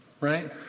right